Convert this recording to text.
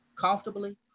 comfortably